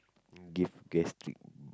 give gastric